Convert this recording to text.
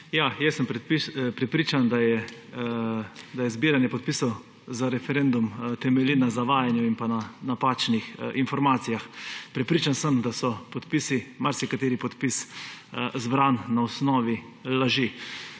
za besedo. Prepričan sem, da je zbiranje podpisov za referendum temelji na zavajanju in pa na napačnih informacijah. Prepričan sem, da so podpisi, marsikateri podpis, zbrani na osnovi laži.